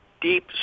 deep